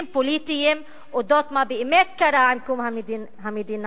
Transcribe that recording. פוליטיים על מה באמת קרה עם קום המדינה.